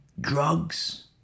drugs